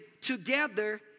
together